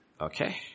Okay